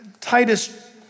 Titus